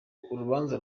urubanza